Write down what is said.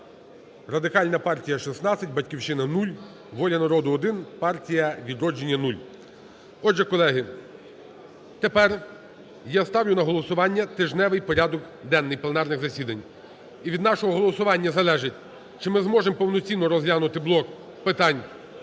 Радикальна партія – 16, "Батьківщина" – 0, "Воля народу" – 1, "Партія "Відродження" – 0. Отже, колеги, тепер я ставлю на голосування тижневий порядок денний пленарних засідань, і від нашого голосування залежить, чи ми зможемо повноцінно розглянути блок питань